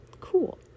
Cool